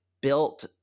built